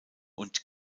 und